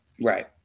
right